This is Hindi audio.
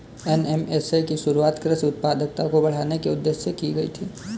एन.एम.एस.ए की शुरुआत कृषि उत्पादकता को बढ़ाने के उदेश्य से की गई थी